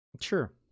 sure